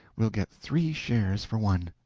we'll get three shares for one.